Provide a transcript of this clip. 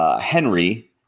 Henry